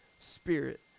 spirit